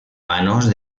vanos